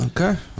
Okay